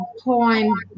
point